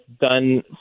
done